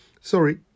Sorry